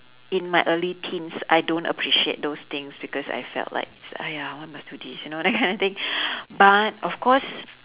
in my early teens I don't appreciate those things because I felt like !aiya! why must do this you know that kind of thing but of course